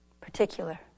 particular